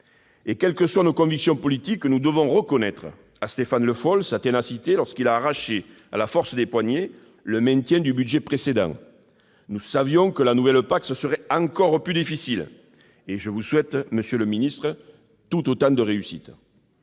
Quelles que soient nos convictions politiques, nous devons reconnaître à Stéphane Le Foll la ténacité avec laquelle il a arraché, à la force des poignets, le maintien du budget précédent. Nous savions que, pour la nouvelle PAC, ce serait encore plus difficile. Je vous souhaite, monsieur le ministre, la même réussite.